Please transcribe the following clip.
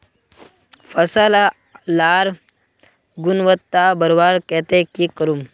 फसल लार गुणवत्ता बढ़वार केते की करूम?